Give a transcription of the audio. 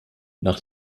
nach